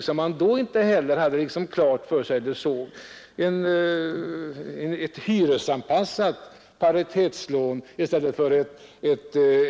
Det var också en sak som man inte hade klart för sig.